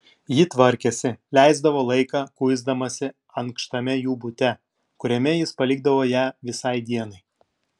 ji tvarkėsi leisdavo laiką kuisdamasi ankštame jų bute kuriame jis palikdavo ją visai dienai